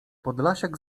podlasiak